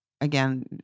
Again